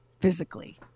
physically